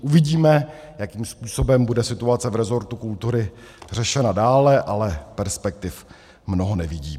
Uvidíme, jakým způsobem bude situace v rezortu kultury řešena dále, ale perspektiv mnoho nevidím.